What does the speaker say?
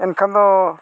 ᱮᱱᱠᱷᱟᱱ ᱫᱚ